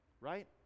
right